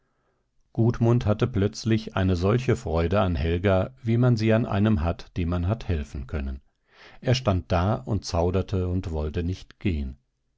hineingehen gudmund hatte plötzlich eine solche freude an helga wie man sie an einem hat dem man hat helfen können er stand da und zauderte und wollte nicht gehen